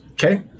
Okay